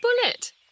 bullet